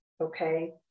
okay